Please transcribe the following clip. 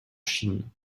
chine